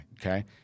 Okay